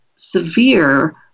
Severe